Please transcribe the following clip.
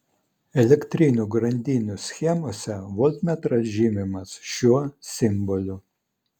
elektrinių grandinių schemose voltmetras žymimas šiuo simboliu